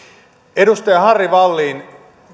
edustaja harry wallin